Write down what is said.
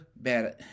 bad